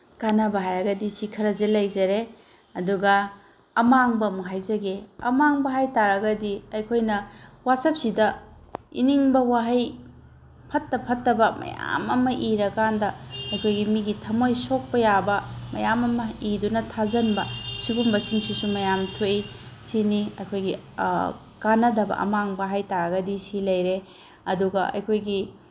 ꯀꯥꯟꯅꯕ ꯍꯥꯏꯔꯒꯗꯤ ꯁꯤ ꯈꯔꯁꯤ ꯂꯩꯖꯔꯦ ꯑꯗꯨꯒ ꯑꯃꯥꯡꯕ ꯑꯃꯨꯛ ꯍꯥꯏꯖꯒꯦ ꯑꯃꯥꯡꯕ ꯍꯥꯏ ꯇꯥꯔꯒꯗꯤ ꯑꯩꯈꯣꯏꯅ ꯋꯥꯆꯞꯁꯤꯗ ꯏꯅꯤꯡꯕ ꯋꯥꯍꯩ ꯐꯠꯇ ꯐꯠꯇꯕ ꯃꯌꯥꯝ ꯑꯃ ꯏꯔꯀꯥꯟꯗ ꯑꯩꯈꯣꯏꯒꯤ ꯃꯤꯒꯤ ꯊꯝꯃꯣꯏ ꯁꯣꯛꯄ ꯌꯥꯕ ꯃꯌꯥꯝ ꯑꯃ ꯏꯗꯨꯅ ꯊꯥꯖꯤꯟꯕ ꯁꯤꯒꯨꯝꯕ ꯁꯤꯡꯁꯤꯁꯨ ꯃꯌꯥꯝ ꯊꯣꯛꯏ ꯁꯤꯅꯤ ꯑꯩꯈꯣꯏꯒꯤ ꯀꯥꯟꯅꯗꯕ ꯑꯃꯥꯡꯕ ꯍꯥꯏ ꯇꯥꯔꯒꯗꯤ ꯁꯤ ꯂꯩꯔꯦ ꯑꯗꯨꯒ ꯑꯩꯈꯣꯏꯒꯤ